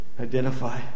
identify